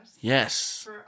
Yes